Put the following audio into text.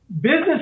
business